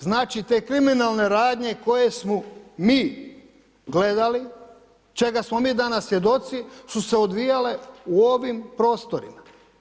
Znači, te kriminalne radnje koje smo mi gledali, čega smo mi danas svjedoci su se odvijale u ovim prostorima.